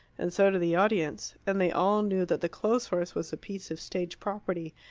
and so did the audience and they all knew that the clothes-horse was a piece of stage property,